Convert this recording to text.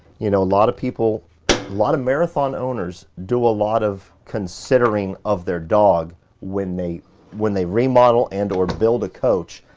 you know a lot of people, a lot of marathon owners do a lot of considering of their dog when they when they remodel and or build a coach,